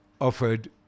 offered